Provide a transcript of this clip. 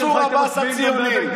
מנסור עבאס ואתה הציונים.